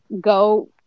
go